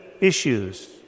issues